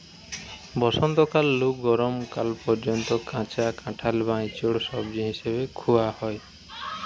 বসন্তকাল নু গরম কাল পর্যন্ত কাঁচা কাঁঠাল বা ইচোড় সবজি হিসাবে খুয়া হয়